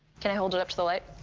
can i hold it up to the light?